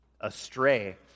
astray